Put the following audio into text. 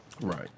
Right